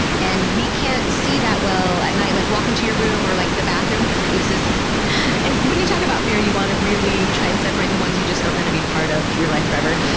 and we can't see that well at night. like walk into your room or like the bathroom, and this is and when you talk about fear, you want to really try and separate the ones that just are going to be part of your life forever,